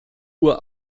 uhr